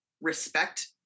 respect